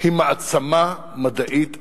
היא מעצמה מדעית וטכנולוגית.